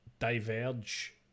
diverge